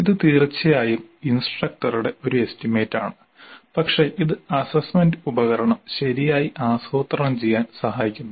ഇത് തീർച്ചയായും ഇൻസ്ട്രക്ടറുടെ ഒരു എസ്റ്റിമേറ്റാണ് പക്ഷേ ഇത് അസ്സസ്സ്മെന്റ് ഉപകരണം ശരിയായി ആസൂത്രണം ചെയ്യാൻ സഹായിക്കുന്നു